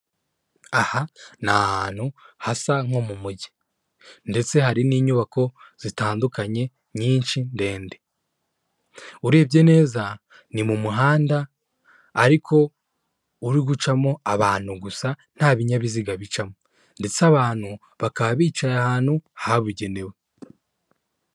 Aha ni ahantu hasa nko mu mujyi ndetse hari n'inyubako zitandukanye nyinshi ndende, urebye neza ni mu muhanda ariko uri gucamo abantu gusa nta binyabiziga bicamo ndetse abantu bakaba bicaye ahantu habugenewe.